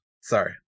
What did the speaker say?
sorry